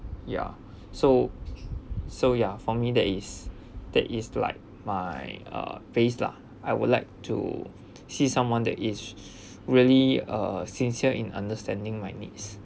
ya so so ya for me that is that is like my uh phase lah I would like to see someone that is really uh sincere in understanding my needs